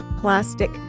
plastic